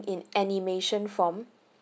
in animation form